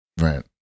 Right